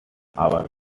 hours